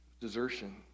desertion